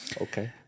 Okay